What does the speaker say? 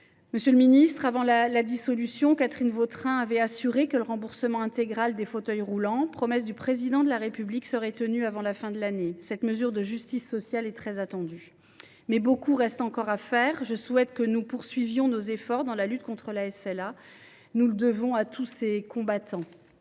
Monsieur le ministre, avant la dissolution, Catherine Vautrin avait assuré que le remboursement intégral des fauteuils roulants, promesse du Président de la République, serait effectif avant la fin de l’année. Cette mesure de justice sociale est très attendue ! Mais il reste encore beaucoup à faire ! Je souhaite que nous poursuivions nos efforts dans la lutte contre la SLA. Nous le devons à tous ces « combattants